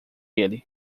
ele